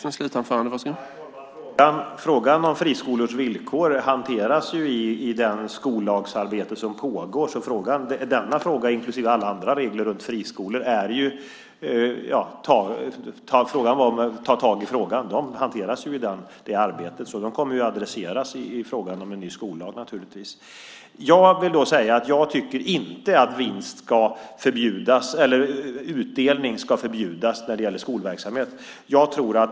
Herr talman! Frågan om friskolors villkor hanteras i det skollagsarbete som pågår. Denna fråga inklusive frågan om alla andra regler hanteras i det arbetet. De kommer att adresseras i arbetet med en ny skollag. Jag tycker inte att vinstutdelning ska förbjudas i skolverksamhet.